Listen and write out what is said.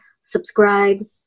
subscribe